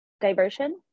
diversion